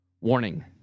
Warning